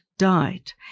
died